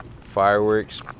fireworks